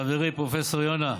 חברי פרופ' יונה,